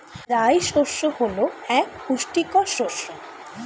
রাই শস্য হল এক পুষ্টিকর শস্য